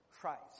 Christ